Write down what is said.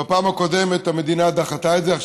ובפעם הקודמת המדינה דחתה את זה.